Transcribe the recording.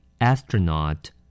Astronaut